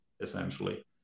essentially